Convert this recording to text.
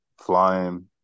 flying